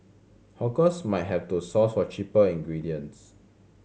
hawkers might have to source for cheaper ingredients